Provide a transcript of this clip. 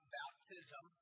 baptism